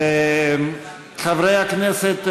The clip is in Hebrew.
חברי הכנסת,